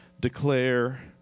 declare